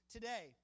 Today